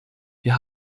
wir